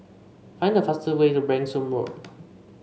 find the fastest way to Branksome Road